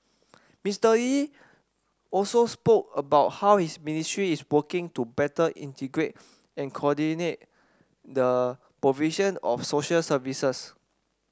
Mister Lee also spoke about how his ministry is working to better integrate and coordinate the provision of social services